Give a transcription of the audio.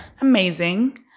amazing